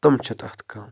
تِم چھِ تَتھ کَم